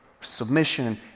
submission